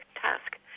task